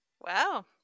Wow